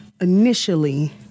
initially